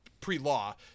pre-law